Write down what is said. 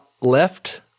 left